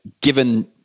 given